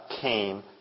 came